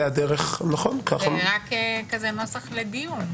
זה רק נוסח לדיון.